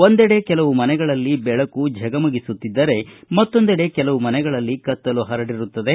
ಒಂದೆಡೆ ಕೆಲವು ಮನೆಗಳಲ್ಲಿ ದೆಳಕು ಝಗಮಗಿಸುತ್ತಿದ್ದರೆ ಮತ್ತೊಂದೆಡೆ ಕೆಲವು ಮನೆಗಳಲ್ಲಿ ಕತ್ತಲು ಹರಡಿರುತ್ತದೆ